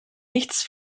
nichts